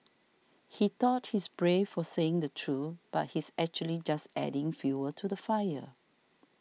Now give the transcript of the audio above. he thought he's brave for saying the truth but he's actually just adding fuel to the fire